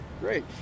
Great